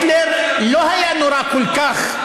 היטלר לא היה נורא כל כך,